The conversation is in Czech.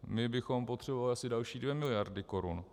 My bychom potřebovali asi další 2 miliardy korun.